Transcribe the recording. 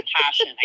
passion